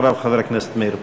אחריו, חבר הכנסת מאיר פרוש.